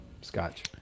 Scotch